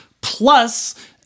plus